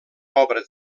obra